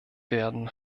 werden